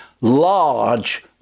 large